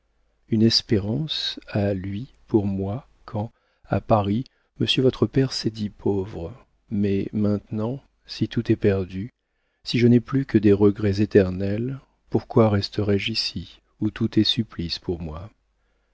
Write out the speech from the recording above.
une espérance a lui pour moi quand à paris monsieur votre père s'est dit pauvre mais maintenant si tout est perdu si je n'ai plus que des regrets éternels pourquoi resterais je ici où tout est supplice pour moi